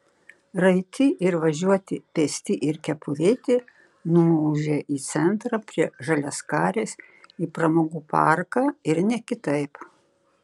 raiti ir važiuoti pėsti ir kepurėti nuūžė į centrą prie žaliaskarės į pramogų parką ir ne kitaip